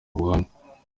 ubuhamya